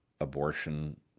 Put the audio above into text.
abortion